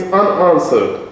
unanswered